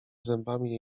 zębami